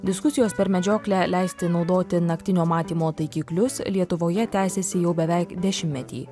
diskusijos per medžioklę leisti naudoti naktinio matymo taikiklius lietuvoje tęsiasi jau beveik dešimtmetį